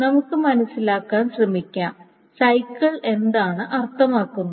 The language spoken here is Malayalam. നമുക്ക് മനസ്സിലാക്കാൻ ശ്രമിക്കാം സൈക്കിൾ എന്താണ് അർത്ഥമാക്കുന്നത്